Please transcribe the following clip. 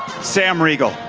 sam riegel.